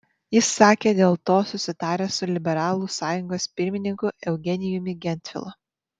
jis sakė dėl to susitaręs su liberalų sąjungos pirmininku eugenijumi gentvilu